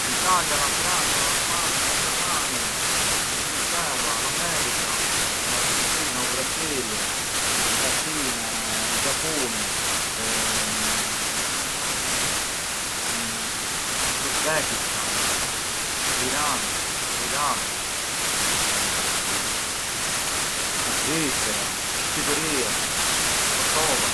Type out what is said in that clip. L’Italia, la Francia, la Spagna, la Germania, l’Inghilterra, l’America, l’Argentina, u Brasili, la Cina,u Giapuni, a Mongolia, l’Uzbekistan, l’Iran, l’Iraq, a Svicera, Shqipëria, Kosova.